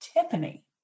Tiffany